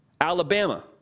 Alabama